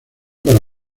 para